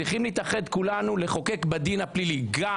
צריכים להתאחד כולנו לחוקק בדין הפלילי גם